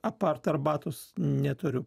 apart arbatos neturiu